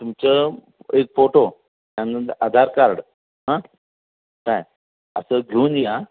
तुमचं एक फोटो त्यानंतर आधार कार्ड हां काय असं घेऊन या